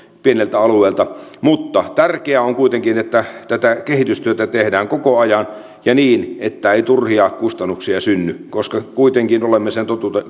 pieneltä alueelta tietysti ovat poikkeuksia mutta tärkeää on kuitenkin että tätä kehitystyötä tehdään koko ajan ja niin että ei turhia kustannuksia synny koska kuitenkin olemme sen